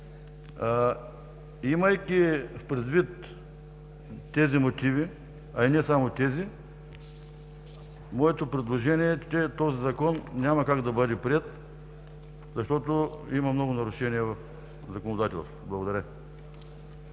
Имайки предвид тези мотиви, а и не само тези, моето предложение е, че този Закон няма как да бъде приет, защото има много нарушения в законодателството. Благодаря.